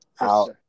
out